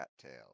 Cattail